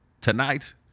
Tonight